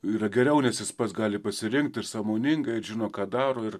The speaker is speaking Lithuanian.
yra geriau nes jis pats gali pasirinkt ir sąmoningai žino ką daro ir